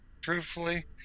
truthfully